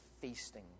feasting